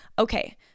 Okay